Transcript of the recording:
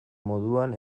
moduan